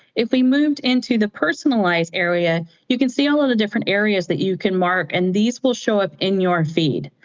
if we moved into the personalized area, you can see all of the different areas that you can mark and these will show up in your feed.